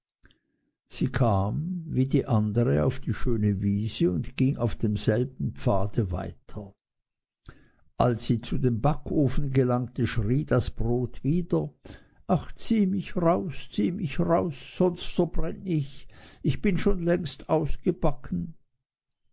sie kam wie die andere auf die schöne wiese und ging auf demselben pfade weiter als sie zu dem backofen gelangte schrie das brot wieder ach zieh mich raus zieh mich raus sonst verbrenn ich ich bin schon längst ausgebacken